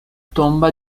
tomba